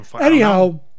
Anyhow